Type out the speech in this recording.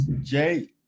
Jay